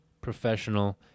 professional